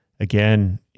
Again